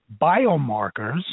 biomarkers